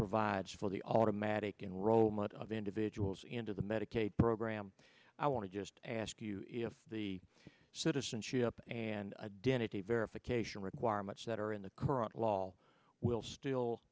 provides for the automatic enrollment of individuals into the medicaid program i want to just ask you if the citizenship and identity verification requirements that are in the current law will still